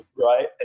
right